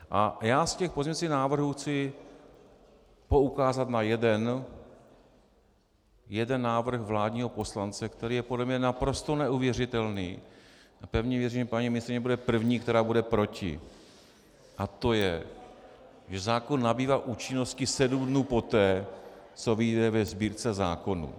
Z těch pozměňovacích návrhů chci poukázat na jeden návrh vládního poslance, který je podle mě naprosto neuvěřitelný, a pevně věřím, že paní ministryně bude první, která bude proti, a to je, že zákon nabývá účinnosti sedm dnů poté, co vyjde ve Sbírce zákonů.